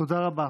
תודה רבה